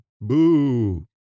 boo